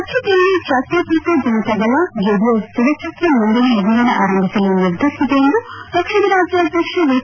ರಾಜ್ಯದಲ್ಲಿ ಜಾತ್ಯಾತೀತ ಜನತಾದಳ ಜೆಡಿಎಸ್ ಸದಸ್ಯತ್ವ ನೋಂದಣಿ ಅಭಿಯಾನ ಆರಂಭಿಸಲು ನಿರ್ಧರಿಸಿದೆ ಎಂದು ಪಕ್ಷದರಾಜ್ಯಾಧ್ಯಕ್ಷ ಎಚ್